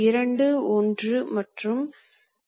இது மிகவும் எளிது